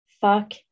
fuck